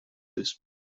this